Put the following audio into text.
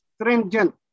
stringent